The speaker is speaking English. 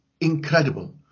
incredible